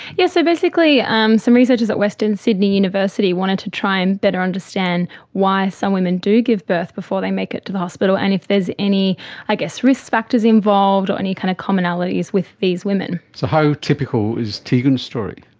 yes, so basically um some researchers at western sydney university wanted to try and better understand why some women do give birth before they make it to the hospital and if there is any risk factors involved or any kind of commonalities with these women. so how typical is tegan's story?